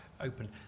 open